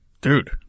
dude